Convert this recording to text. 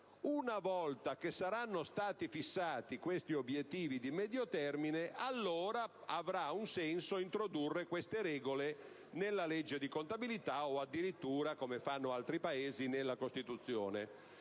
una volta che saranno stati fissati gli obiettivi di medio termine, allora avrà un senso introdurre queste regole nella legge di contabilità, o addirittura, come fanno altri Paesi, nella Costituzione,